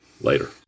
later